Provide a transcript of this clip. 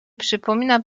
przypomina